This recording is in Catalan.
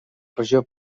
pressió